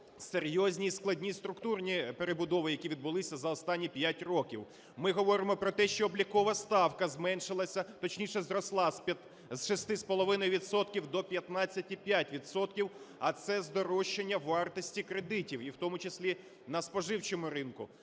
серйозні, складні структурні перебудови, які відбулися за останні 5 років, ми говоримо про те, що облікова ставка зменшилася, точніше зросла з 6,5 відсотків до 15,5 відсотків, а це здорожчання вартості кредитів, і в тому числі на споживчому ринку